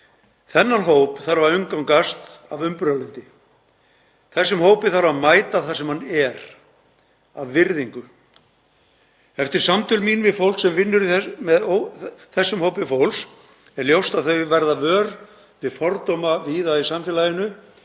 Þennan hóp þarf að umgangast af umburðarlyndi. Þessum hópi þarf að mæta þar sem hann er af virðingu. Eftir samtöl mín við fólk sem vinnur með þessum hópi fólks er ljóst að þau verða vör við fordóma víða í samfélaginu